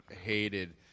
hated